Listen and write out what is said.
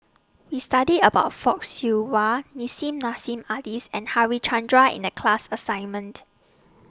We studied about Fock Siew Wah Nissim Nassim Adis and Harichandra in The class assignment